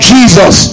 Jesus